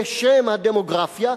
בשם הדמוגרפיה,